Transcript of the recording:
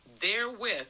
therewith